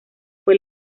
fue